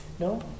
No